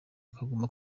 akaguma